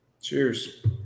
Cheers